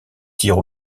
tirs